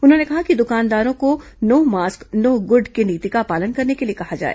उन्होंने कहा कि दुकानदारों को नो मास्क नो गुड की नीति का पालन करने के लिए कहा जाए